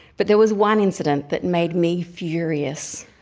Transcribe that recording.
but there was one incident that made me furious.